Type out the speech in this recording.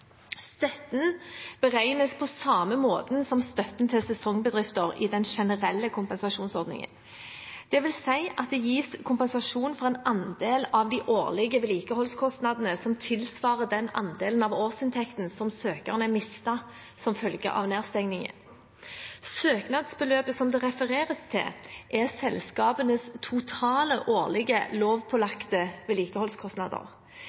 Støtten beregnes på samme måte som støtten til sesongbedrifter i den generelle kompensasjonsordningen. Det vil si at det gis kompensasjon for en andel av de årlige vedlikeholdskostnadene som tilsvarer andelen av årsinntekten søkerne mistet som følge av nedstengningen. Søknadsbeløpet det refereres til, er selskapenes totale årlige